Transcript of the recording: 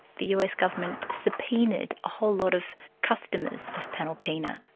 the us government subpoenaed a whole lot of customers of panalpina,